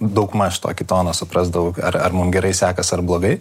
daugmaž tokį toną suprasdavau ar ar mum gerai sekas ar blogai